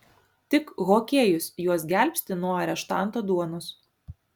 tik hokėjus juos gelbsti nuo areštanto duonos